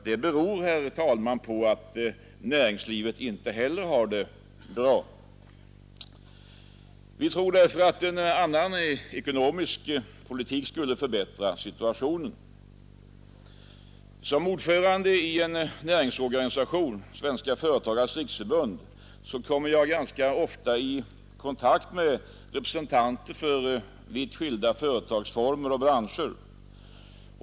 Det beror, herr talman, på att näringslivet inte heller har det bra. Vi tror att en annan ekonomisk politik skulle förbättra situationen. Som ordförande i en näringsorganisation, Svenska företagares riksförbund, kommer jag ganska ofta i kontakt med representanter för vitt skilda företagsformer och branscher.